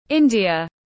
India